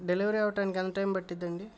delivery అవ్వటానికి ఎంత time పట్టిద్దండి